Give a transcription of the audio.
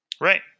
Right